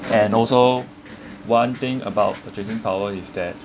and also one thing about purchasing power is that